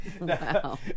No